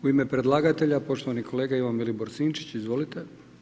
U ime predlagatelja, poštovani kolega Ivan Vilibor Sinčić, izvolite.